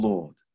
Lord